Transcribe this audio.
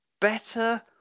better